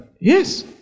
Yes